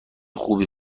خوبی